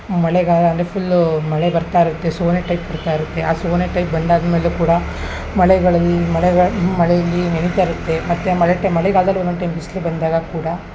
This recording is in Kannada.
ಮಳೆಗಾಲ ಅಂದರೆ ಫುಲ್ಲೂ ಮಳೆ ಬರ್ತಾ ಇರತ್ತೆ ಸೋನೆ ಟೈಪ್ ಬಿಡ್ತಾ ಇರತ್ತೆ ಆ ಸೋನೆ ಟೈಪ್ ಬಂದು ಆದ ಮೇಲೂ ಕೂಡ ಮಳೆಗಳಲ್ಲಿ ಮಳೆಗಳು ಮಳೆಗೆ ನೆನಿತಾ ಇರುತ್ತೆ ಮತ್ತು ಮಳೆ ಟೈಮ್ ಮಳೆಗಾಲ್ದಲ್ಲಿ ಒಂದೊಂದು ಟೈಮ್ ಬಿಸಿಲು ಬಂದಾಗ ಕೂಡ